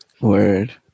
Word